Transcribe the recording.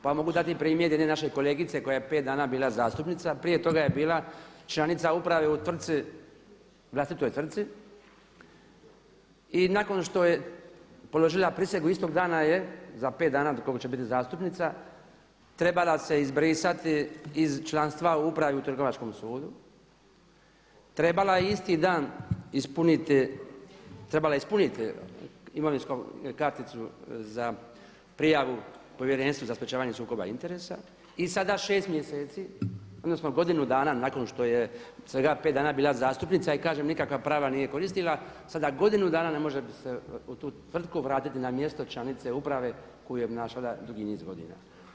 Pa mogu dati i primjer jedne naše kolegice koja je 5 dana bila zastupnica a prije toga je bila članica uprave u tvrtki, vlastitoj tvrtki i nakon što je položila prisegu istog dana je, za pet dana koliko će biti zastupnica trebala se izbrisati iz članstva u upravi u trgovačkom sudu, trebala je isti dan ispuniti, trebala je ispuniti imovinsku karticu za prijavu Povjerenstva za sprečavanje sukoba interesa i sada 6 mjeseci, odnosno godinu dana nakon što je svega 5 dana bila zastupnika i kažem nikakva prava nije koristila sada godinu dana ne može se u tu tvrtku vratiti na mjesto članice uprave koju je obnašala dugi niz godina.